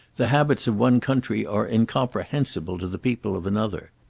the habits of one country are incomprehensible to the people of another.